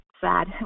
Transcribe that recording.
sad